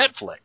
Netflix